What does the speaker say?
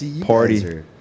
party